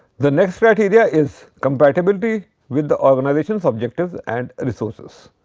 the next criteria is compatibility with the organizations objectives and resources.